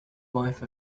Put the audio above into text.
wife